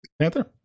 Panther